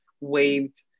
waved